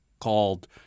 called